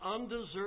undeserved